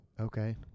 Okay